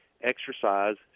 exercise